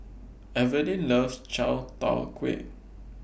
Evalyn loves Chai Tow Kuay